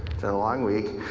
been a long week.